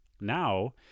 Now